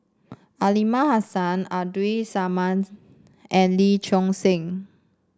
Aliman Hassan Abdul Samad and Lee Choon Seng